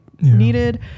needed